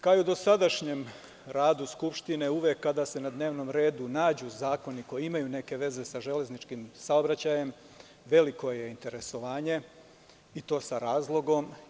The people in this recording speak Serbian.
Kao i u dosadašnjem radu Skupštine, uvek kada se na dnevnom redu nađu zakoni koji imaju neke veze sa železničkim saobraćajem veliko je interesovanje, i to sa razlogom.